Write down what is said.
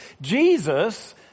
Jesus